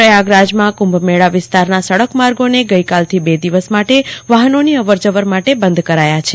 પ્રયાગરાજમાં કુંભમેળા વિસ્તારના સડકમાર્ગોને આજથી બે દિવસ માટે વાહનોની અવરજવર માટે બંધ કરાયા છે